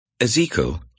Ezekiel